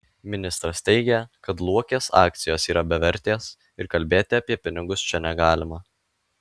ministras teigė kad luokės akcijos yra bevertės ir kalbėti apie pinigus čia negalima